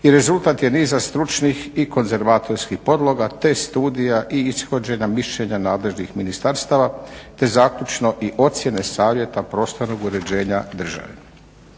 i rezultat je niza stručnih i konzervatorskih podloga te studija i ishođena mišljenja nadležnih ministarstava te zaključno i ocjene savjeta prostornog uređenja država.